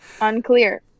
Unclear